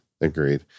agreed